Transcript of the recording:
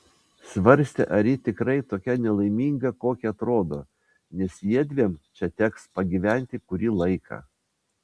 svarstė ar ji tikrai tokia nelaiminga kokia atrodo nes jiedviem čia teks pagyventi kurį laiką